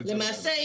למעשה,